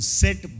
set